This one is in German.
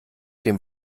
dem